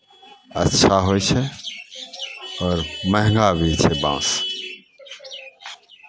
अच्छा होइ छै आओर महंगा भी छै बाँस